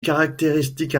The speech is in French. caractéristiques